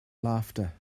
laughter